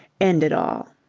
end it all!